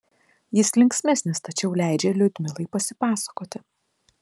jis linksmesnis tačiau leidžia liudmilai pasipasakoti